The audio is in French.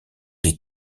des